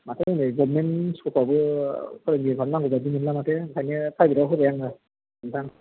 माथो नै गभर्नमेन्ट स्कुलाफ्रावबो फोरोंगिरिफ्रानो नांगौ बायदि मोनला माथो ओंखायनो प्राइभेटाव होबाय आङो नोंथां